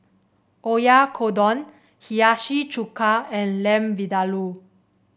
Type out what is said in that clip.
Oyakodon Hiyashi Chuka and Lamb Vindaloo